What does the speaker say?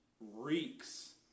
reeks